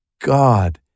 God